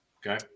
Okay